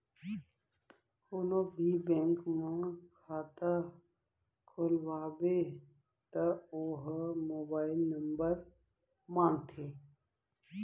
कोनो भी बेंक म खाता खोलवाबे त ओ ह मोबाईल नंबर मांगथे